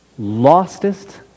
lostest